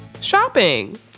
shopping